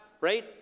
right